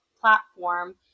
platform